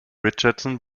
richardson